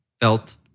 felt